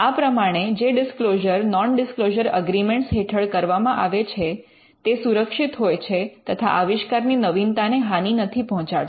આ પ્રમાણે જે ડિસ્ક્લોઝર નૉન ડિસ્ક્લોઝર અગ્રિમેંટ હેઠળ કરવામાં આવે છે તે સુરક્ષિત હોય છે તથા આવિષ્કારની નવીનતાને હાનિ નથી પહોંચાડતા